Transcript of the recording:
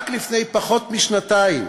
רק לפני פחות משנתיים